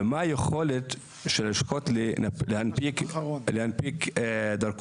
ומה היכולת של הלשכות להנפיק דרכונים?